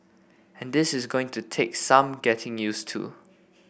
and this is going to take some getting use to